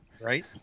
Right